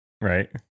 right